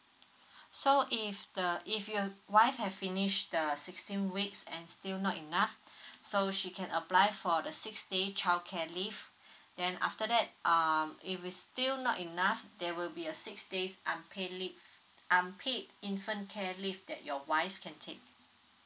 so if the uh if you wife have finish the err sixteen weeks and still not enough so she can apply for the six day childcare leave then after that um if it is still not enough there will be a six days unpaid leave unpaid infant care leave that your wife can take